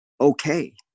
okay